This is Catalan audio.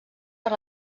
per